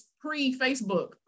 pre-Facebook